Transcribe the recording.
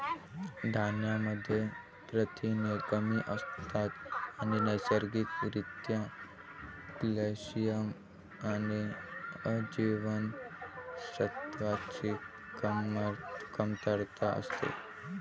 धान्यांमध्ये प्रथिने कमी असतात आणि नैसर्गिक रित्या कॅल्शियम आणि अ जीवनसत्वाची कमतरता असते